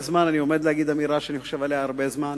עומד להגיד אמירה שאני חושב עליה הרבה זמן.